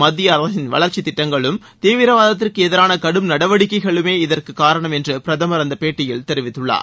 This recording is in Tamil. மத்திய அரசின் வளர்ச்சி திட்டங்களும் தீவிரவாதத்திற்கு எதிரான கடும் நடவடிக்கைகளுமே இதற்கு காரணம் என்று பிரதமர் அந்த பேட்டியில் தெரிவித்துள்ளார்